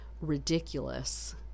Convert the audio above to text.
ridiculous